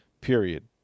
period